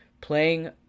playing